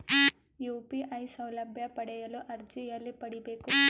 UPI ಸೌಲಭ್ಯ ಪಡೆಯಲು ಅರ್ಜಿ ಎಲ್ಲಿ ಪಡಿಬೇಕು?